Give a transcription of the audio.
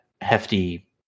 hefty